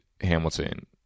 Hamilton